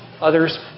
others